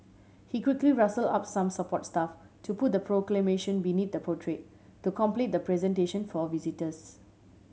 he quickly rustled up some support staff to put the Proclamation beneath the portrait to complete the presentation for visitors